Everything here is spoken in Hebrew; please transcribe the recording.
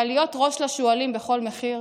אבל להיות ראש לשועלים בכל מחיר